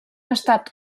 estat